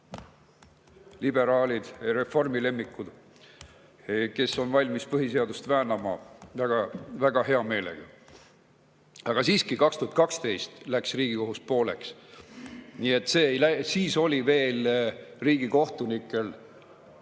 liberaalid ja reformi lemmikud, kes on valmis põhiseadust väänama väga hea meelega. Aga siiski, 2012 läks Riigikohus pooleks. Nii et siis oli veel riigikohtunikel